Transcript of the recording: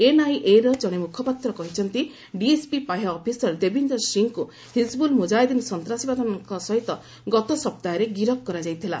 ଏନ୍ଆଇଏର ଜଣେ ମୁଖପାତ୍ର କହିଛନ୍ତି ଡିଏସ୍ପି ପାହ୍ୟା ଅଫିସର ଦେବୀନ୍ଦର ସିଂହଙ୍କୁ ହିଜିବୁଲ୍ ମୁଜାହିଦ୍ଦିନ୍ ସନ୍ତାସବାଦୀମାନଙ୍କ ସହିତ ଗତ ସପ୍ତାହରେ ଗିରଫ କରାଯାଇଥିଲା